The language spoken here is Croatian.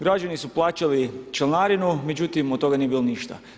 Građeni su plaćali članarinu, međutim, od toga nije bilo ništa.